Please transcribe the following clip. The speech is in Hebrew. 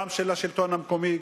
גם של השלטון המקומי,